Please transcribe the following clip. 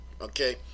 okay